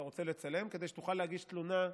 אתה רוצה לצלם כדי שתוכל להגיש תלונה,